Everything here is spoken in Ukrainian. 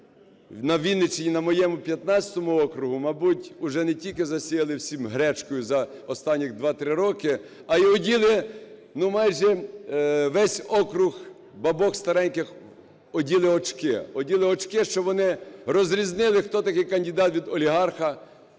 на Вінниччині, на моєму 15 окрузі, мабуть, уже не тільки "засіяли" всім гречкою за останніх 2-3 роки, а й оділи майже весь округ бабок стареньких, оділи очки. Оділи очки, щоб вони розрізнили, хто такий кандидат від олігарха,